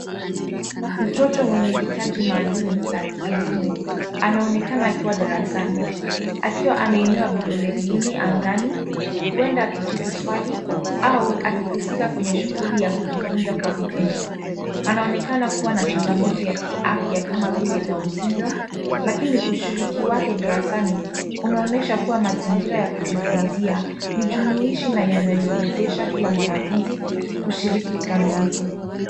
Mtoto mwenye hitaji maalum la kielimu anaonekana akiwa darasani akiwa ameinua vidole vinne angani huenda akijibu swali au akihusika kwenye shughuli ya kujifunza kwa vitendo. Anaonekana kuwa na changamoto ya kiafya kama vile Down's Syndrome lakini ushiriki wake darasani unaonyesha kuwa mazingiria ya kujifunzia ni jumuishi na yanayowezesha kila mwanafunzi kushiriki kikamilifu.